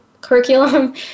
curriculum